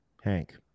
Hank